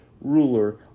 ruler